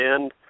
end